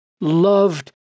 loved